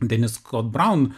denis kot braun